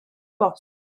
bost